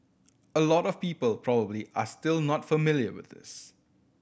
a lot of people probably are still not familiar with this